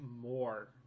more